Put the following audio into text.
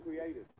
created